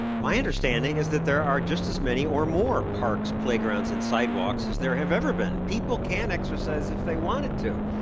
my understanding is that there are just as many or more parks, playgrounds and sidewalks as there have ever been. people can exercise if they wanted to.